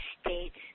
states